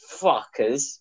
fuckers